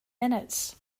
minutes